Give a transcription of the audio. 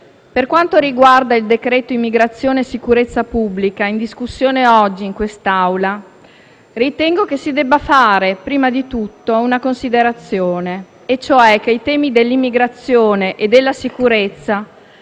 per quanto riguarda il decreto-legge immigrazione e sicurezza pubblica in discussione oggi in quest'Aula, ritengo che si debba fare prima di tutto una considerazione, cioè che fino a pochi mesi fa i temi della immigrazione e della sicurezza